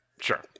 sure